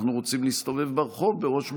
אנחנו רוצים להסתובב ברחוב בראש מורם.